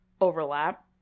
overlap